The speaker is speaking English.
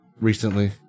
recently